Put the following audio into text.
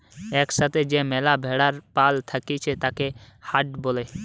এক সাথে যে ম্যালা ভেড়ার পাল থাকতিছে তাকে হার্ড বলে